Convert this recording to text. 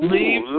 Leave